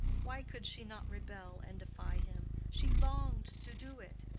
why could she not rebel and defy him? she longed to do it.